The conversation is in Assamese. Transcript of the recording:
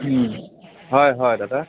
হয় হয় দাদা